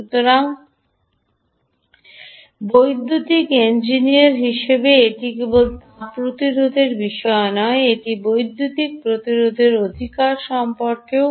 সুতরাং বৈদ্যুতিক ইঞ্জিনিয়ার হিসাবে এটি কেবল তাপ প্রতিরোধের বিষয়ে নয় এটি বৈদ্যুতিক প্রতিরোধের অধিকার সম্পর্কেও